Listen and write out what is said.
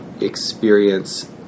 experience